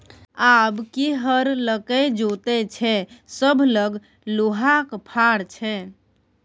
आब के हर लकए जोतैय छै सभ लग लोहाक फार छै